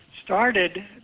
started